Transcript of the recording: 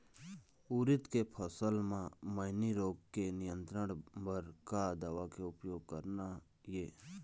उरीद के फसल म मैनी रोग के नियंत्रण बर का दवा के उपयोग करना ये?